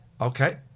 Okay